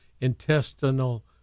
intestinal